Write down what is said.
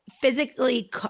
physically